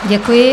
Děkuji.